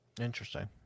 Interesting